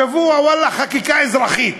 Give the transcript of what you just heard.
שבוע חקיקה אזרחית.